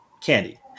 candy